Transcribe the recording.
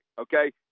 okay